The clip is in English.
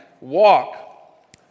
walk